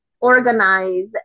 organize